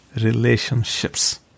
Relationships